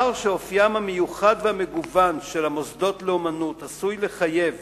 מאחר שאופיים המיוחד והמגוון של המוסדות לאמנות עשוי לחייב